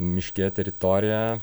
miške teritoriją